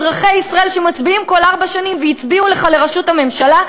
אזרחי ישראל שמצביעים כל ארבע שנים והצביעו לך לראשות הממשלה,